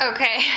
Okay